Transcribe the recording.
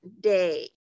day